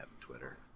Twitter